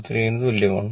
23 ന് തുല്യമാണ്